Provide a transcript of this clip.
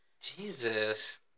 Jesus